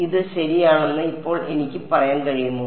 ഇത് ശരിയാണെന്ന് ഇപ്പോൾ എനിക്ക് പറയാൻ കഴിയുമോ